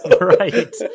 Right